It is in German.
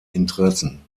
interessen